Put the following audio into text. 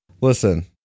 Listen